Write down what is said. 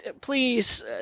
please